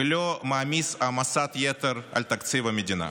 ולא מעמיס העמסת יתר על תקציב המדינה.